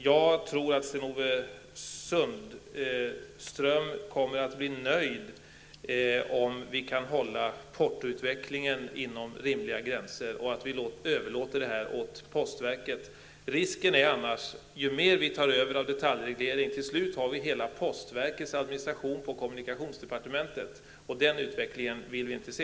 Jag tror att Sten-Ove Sundström kommer att bli nöjd, om vi håller portoutvecklingen inom rimliga gränser och överlåter organisationen åt postverket. Om vi tar över detaljregleringen, har vi till slut postens hela administration på kommunikationsdepartementet. Den utvecklingen vill vi inte se.